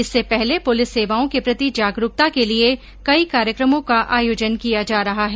इससे पहले पुलिस सेवाओं के प्रति जागरूकता के लिए कई कार्यक्रमों का आयोजन किया जा रहा है